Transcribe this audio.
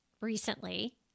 recently